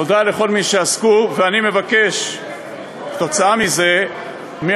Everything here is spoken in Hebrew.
תודה לכל מי שעסקו, ואני מבקש כתוצאה מזה מהכנסת,